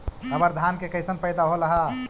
अबर धान के कैसन पैदा होल हा?